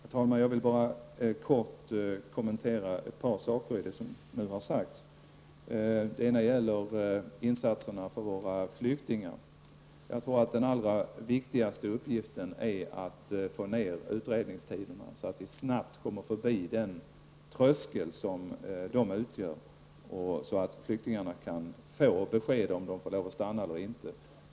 Herr talman! Jag vill bara kort kommentera något av det som nu har sagts. Det gäller bl.a. insatser för flyktingar. Jag tror att den allra viktigaste uppgiften är att få ned utredningstiderna för att man snabbt skall kunna komma över den tröskel som dessa utgör, så att flyktingarna kan få besked om de får lov att stanna eller inte.